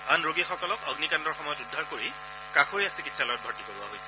আন ৰোগীসকলক অগ্নিকাণ্ডৰ সময়ত উদ্ধাৰ কৰি কাষৰীয়া চিকিৎসালয়ত ভৰ্তি কৰোৱা হৈছে